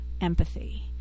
empathy